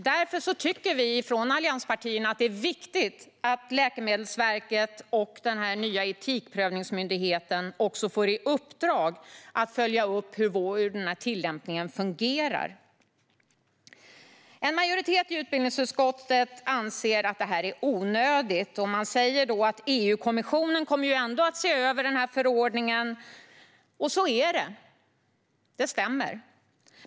Därför tycker allianspartierna att det är viktigt att Läkemedelsverket och den nya etikprövningsmyndigheten ska få i uppdrag att följa upp hur tillämpningen av det här fungerar. En majoritet i utbildningsutskottet anser att det här är onödigt med tanke på att EU-kommissionen ändå kommer att se över förordningen. Och så är det. Det stämmer.